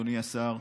אדוני השר,